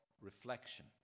reflection